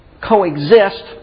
coexist